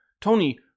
Tony